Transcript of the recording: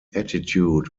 attitude